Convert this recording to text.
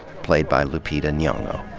played by lupita nyong'o.